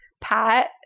Pat